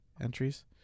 entries